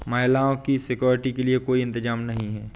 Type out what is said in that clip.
महिलाओं की सिक्योरिटी के लिए कोई इंतजाम नहीं है